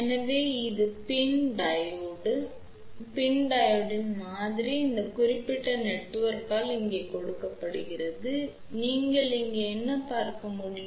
எனவே இது PIN diode PIN டையோடின் மாதிரி இந்த குறிப்பிட்ட நெட்வொர்க்கால் இங்கே கொடுக்கப்பட்டுள்ளது நீங்கள் இங்கே என்ன பார்க்க முடியும்